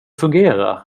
fungera